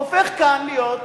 הופך כאן להיות,